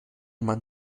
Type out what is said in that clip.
man